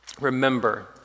Remember